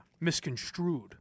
misconstrued